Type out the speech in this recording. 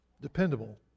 Dependable